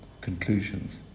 Conclusions